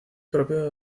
propio